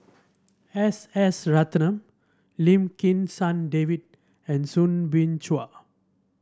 S S Ratnam Lim Kim San David and Soo Bin Chua